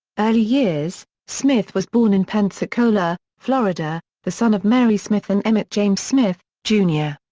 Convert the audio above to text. early years smith was born in pensacola, florida, the son of mary smith and emmitt james smith, jr.